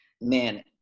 Man